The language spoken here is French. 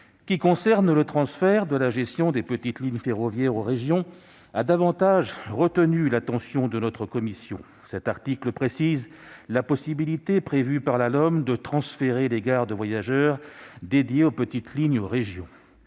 qui concerne le transfert de la gestion des petites lignes ferroviaires aux régions, a davantage retenu l'attention de notre commission. Cet article précise la possibilité, prévue par la LOM, de transférer aux régions les gares de voyageurs dédiées aux petites lignes.